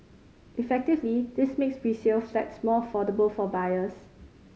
effectively this makes resale flats more affordable for buyers